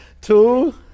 two